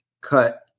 cut